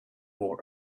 more